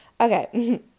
Okay